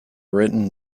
written